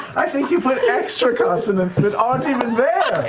i think you put extra consonants that aren't even there!